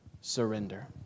surrender